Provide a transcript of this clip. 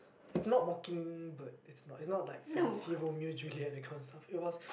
it's not Mockingbird it's not it's not like fancy Romeo Juliet that kind of stuff it was